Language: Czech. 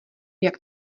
jak